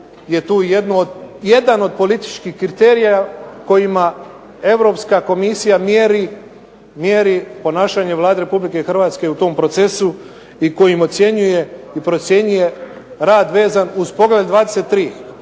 je tu jedan od političkih kriterija kojima Europska komisija mjeri ponašanje Vlade RH u tom procesu i kojim ocjenjuje i procjenjuje rad vezan uz Poglavlje 23.